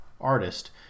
artist